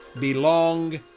belong